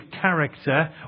character